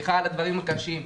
סליחה על הדברים הקשים.